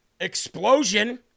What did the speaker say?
explosion